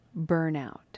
burnout